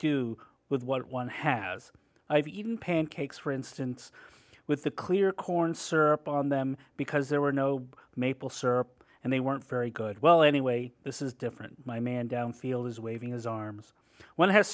do with what one has i've even pancakes for instance with the clear corn syrup on them because there were no maple syrup and they weren't very good well anyway this is different my man down field is waving his arms